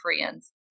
friends